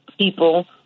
people